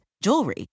jewelry